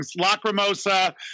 Lacrimosa